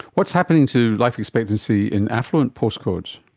what's happening to life expectancy in affluent postcodes?